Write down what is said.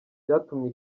byatumye